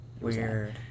Weird